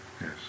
Yes